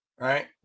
Right